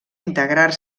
integrar